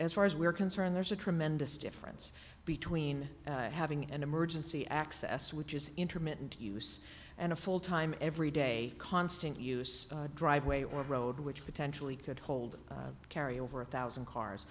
as far as we're concerned there's a tremendous difference between having an emergency access which is intermittent use and a full time every day constant use driveway or road which potentially could hold carry over a thousand cars